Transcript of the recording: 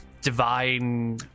divine